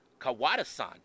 Kawada-san